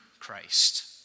Christ